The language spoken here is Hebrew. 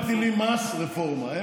הם מטילים מס, רפורמה.